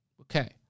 Okay